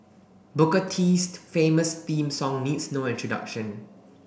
Booker T's famous theme song needs no introduction